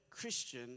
Christian